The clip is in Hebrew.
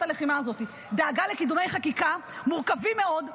הלחימה הזאת דאגה לקידומי חקיקה מורכבים מאוד,